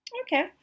Okay